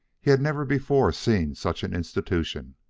he had never before seen such an institution,